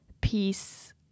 peace